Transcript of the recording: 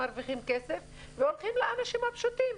והולכים לאנשים הפשוטים.